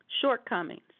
shortcomings